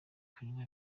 kunywa